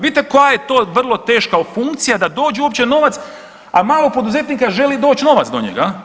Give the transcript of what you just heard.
Vidite koja je to vrlo teška funkcija da dođe uopće novac, a malo poduzetnika želi doć novac do njega.